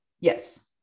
Yes